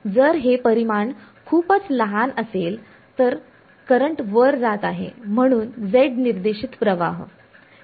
परंतु जर हे परिमाण खूपच लहान असेल तर करंट वर जात आहे म्हणून z निर्देशित प्रवाह